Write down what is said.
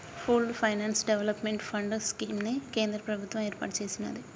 pooled finance development fund scheme ని కేంద్ర ప్రభుత్వం ఏర్పాటు చేసినాది